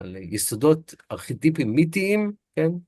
על יסודות ארכיטיפים מיתיים, כן?